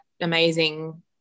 amazing